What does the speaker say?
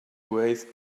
waste